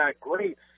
great